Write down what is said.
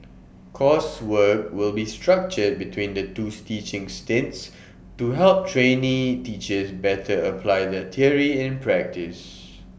coursework will be structured between the twos teaching stints to help trainee teachers better apply their theory in practice